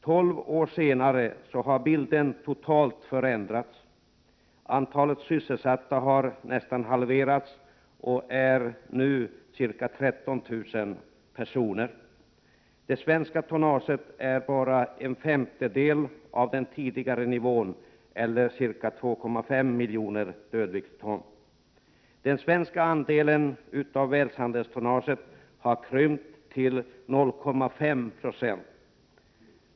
Tolv år senare har bilden totalt förändrats. Antalet sysselsatta har nästan halverats och är nu ca 13 000 personer. Det svenska tonnaget utgör bara en femtedel av den tidigare nivån eller ca 2,5 miljoner dödviktston. Den svenska andelen av världshandelstonnaget har krympt till 0,5 96.